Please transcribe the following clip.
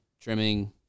trimming